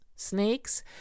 snakes